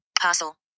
parcel